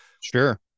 Sure